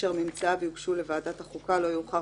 אשר ממצאיו יוגשו לוועדת החוקה לא יאוחר